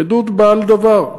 עדות בעל דבר.